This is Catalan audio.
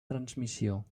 transmissió